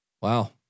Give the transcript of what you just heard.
Wow